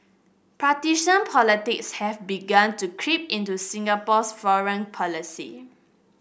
partisan politics has begun to creep into Singapore's foreign policy